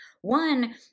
One